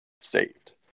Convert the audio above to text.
saved